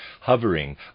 hovering